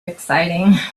exciting